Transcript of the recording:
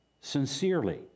sincerely